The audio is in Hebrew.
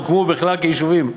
הוקמו בכלל כיישובים וכו'